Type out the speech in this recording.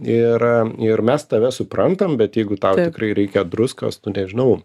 ir ir mes tave suprantam bet jeigu tau tikrai reikia druskos tu nežinau